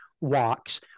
walks